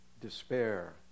despair